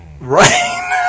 Right